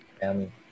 family